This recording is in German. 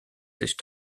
sich